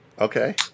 Okay